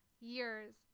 years